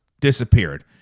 disappeared